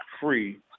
Free